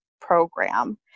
program